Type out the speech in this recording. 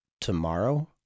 tomorrow